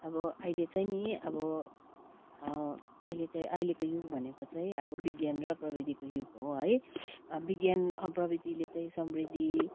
अब अहिले चाहिँ नि अब अहिले चाहिँ अहिलेको युग भनेको चाहिँ अब विज्ञान र प्रविधिको युग हो है अब विज्ञान प्रविधिले चाहिँ सम्वृद्धि